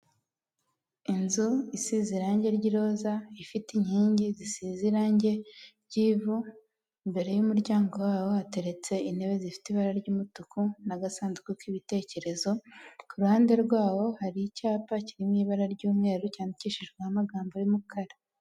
Inzu isize irangi ry'iroza, ifite inkingi zisize irangi ry'ivu, imbere y'umuryango hakaba hateretse intebe zifite ibara ry'umutuku n'agasanduku k'ibitekerezo, ku ruhande rwabo hari icyapa kiririmo ibara ry'umweru, cyandikishijweho amagambo y'umukara.